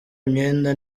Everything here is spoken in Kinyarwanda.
imyenda